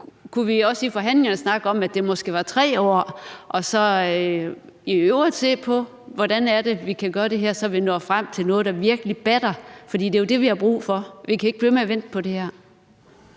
kunne vi også i forhandlingerne snakke om, at det måske var 3 år, og så i øvrigt se på, hvordan det er, vi kan gøre det her, så vi når frem til noget, der virkelig batter? For det er jo det, vi har brug for; vi kan ikke blive ved med at vente på det her.